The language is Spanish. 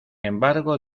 embargo